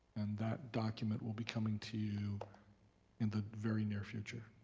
and that document will be coming to you in the very near future.